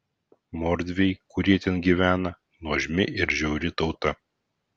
mordviai kurie ten gyvena nuožmi ir žiauri tauta